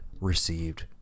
received